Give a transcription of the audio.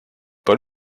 pas